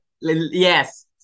yes